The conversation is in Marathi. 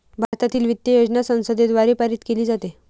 भारतातील वित्त योजना संसदेद्वारे पारित केली जाते